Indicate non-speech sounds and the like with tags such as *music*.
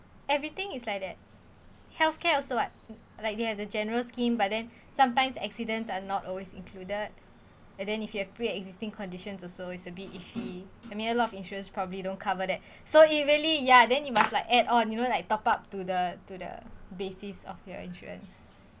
everything is like that health care also [what] like they have the general scheme but then *breath* sometimes accidents are not always included and then if you have pre-existing conditions also it's a bit iffy I mean a lot of insurance probably don't cover that *breath* so evenly ya then you must like add on you know like top up to the to the basis of your insurance